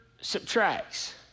subtracts